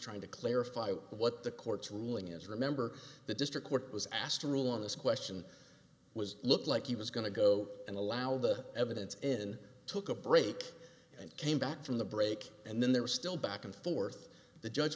trying to clarify what the court's ruling is remember the district court was asked to rule on this question was looked like he was going to go and allow the evidence in took a break and came back from the break and then there was still back and forth the judge